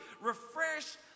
refreshed